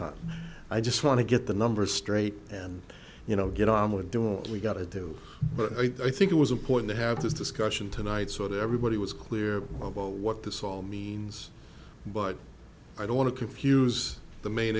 hunt i just want to get the numbers straight and you know get on with doing what we've got to do but i think it was important to have this discussion tonight so that everybody was clear about what this all means but i don't want to confuse the main